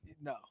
No